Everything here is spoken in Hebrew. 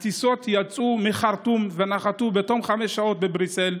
הטיסות יצאו מחרטום ונחתו בתום חמש שעות בבריסל.